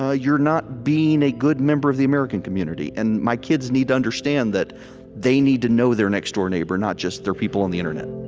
ah you're not being a good member of the american community. and my kids need to understand that they need to know their next-door neighbor, not just their people on the internet